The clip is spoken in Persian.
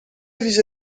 ویژه